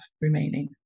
remaining